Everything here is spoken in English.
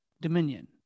dominion